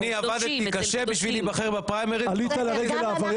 אני עבדתי קשה בשביל להיבחר בפריימריז, 21,000